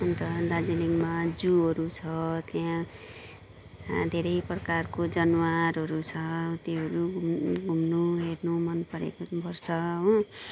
अन्त दार्जिलिङमा जुहरू छ त्यहाँ धेरै प्रकारको जनावरहरू छ त्योहरू घुम्नु हेर्नु मन पर्छ हो